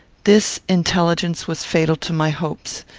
this intelligence was fatal to my hopes.